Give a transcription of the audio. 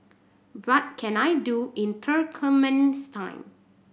what can I do in Turkmenistan